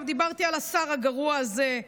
וגם דיברתי על השר הגרוע הזה.